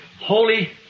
holy